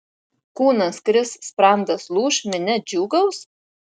kūnas kris sprandas lūš minia džiūgaus